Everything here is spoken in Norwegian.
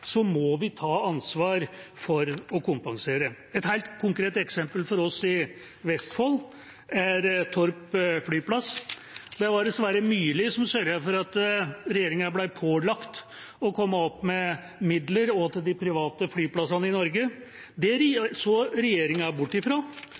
må vi ta ansvar for å kompensere. Et helt konkret eksempel for oss i Vestfold er Torp flyplass. Der var det Sverre Myrli som sørget for at regjeringa ble pålagt å komme opp med midler også til de private flyplassene i Norge. Det